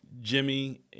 Jimmy